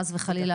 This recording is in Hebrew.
חס וחלילה,